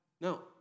No